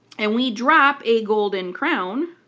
and we drop a golden crown